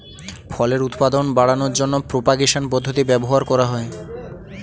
ফলের উৎপাদন বাড়ানোর জন্য প্রোপাগেশন পদ্ধতি ব্যবহার করা হয়